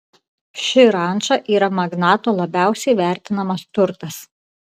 ši ranča yra magnato labiausiai vertinamas turtas